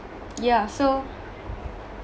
yeah so